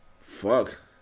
Fuck